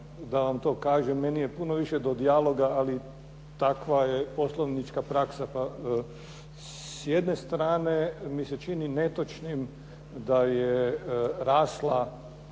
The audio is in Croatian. da vam to kažem. Meni je puno više do dijaloga, ali takva je poslovnička praksa. S jedne strane mi se čini netočnim da je raslo